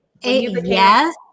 Yes